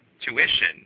tuition